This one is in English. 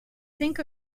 think